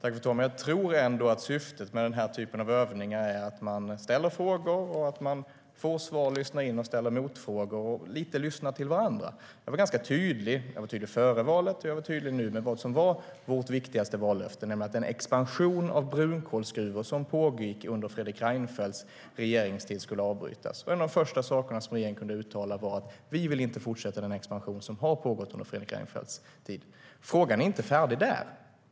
Fru talman! Jag tror ändå att syftet med den här typen av övningar är att man ställer frågor, får svar, lyssnar in och ställer motfrågor, att man lite lyssnar på varandra. Jag var ganska tydlig. Jag var tydlig före valet, och jag var tydlig nu med vad som var vårt viktigaste vallöfte, nämligen att den expansion av brunkolsgruvor som pågick under Fredrik Reinfeldts regeringstid skulle avbrytas. En av de första sakerna som regeringen kunde uttala var: Vi vill inte fortsätta den expansion som har pågått under Fredrik Reinfeldts tid. Frågan är inte färdig med det.